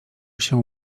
się